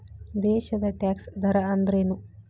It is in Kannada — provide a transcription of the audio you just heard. ದೇಶದ್ ಟ್ಯಾಕ್ಸ್ ದರ ಅಂದ್ರೇನು?